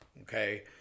okay